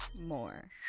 more